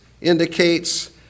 indicates